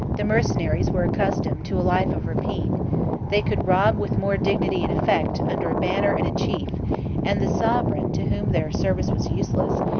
the mercenaries were accustomed to a life of rapine they could rob with more dignity and effect under a banner and a chief and the sovereign, to whom their service was useless,